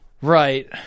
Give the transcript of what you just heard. Right